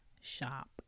shop